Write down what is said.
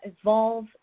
evolve